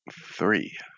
Three